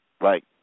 Right